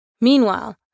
Meanwhile